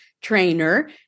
trainer